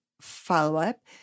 follow-up